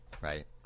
right